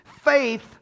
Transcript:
Faith